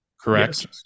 Correct